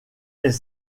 est